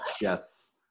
yes